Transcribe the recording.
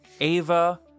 Ava